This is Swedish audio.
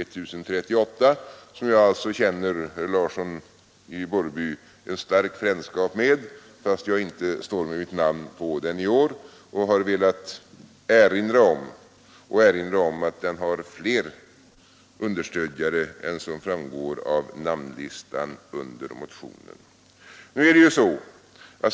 1038, som jag alltså, herr Larsson i Borrby, känner en mycket stark frändskap med trots att jag inte står med mitt namn på den i år. Jag har velat erinra om och erinrar om att den har fler understödjare än vad som framgår av namnlistan under motionstexten.